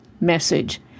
message